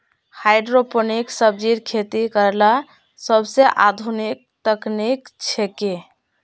hydroponic सब्जिर खेती करला सोबसे आधुनिक तकनीक छिके